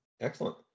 Excellent